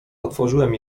otworzyłem